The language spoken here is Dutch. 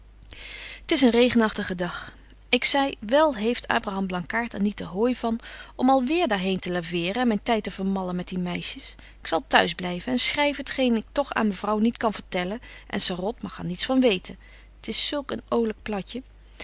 t is een regenagtige dag ik zei wel heeft abraham blankaart er niet den hooi van om al weer daar heen te laveren en myn tyd te vermallen met die meisjes ik zal t'huis blyven en schryven t geen ik toch aan mevrouw niet kan vertellen en sarot mag er niets van weten t is zulk een